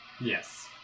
yes